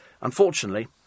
unfortunately